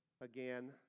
again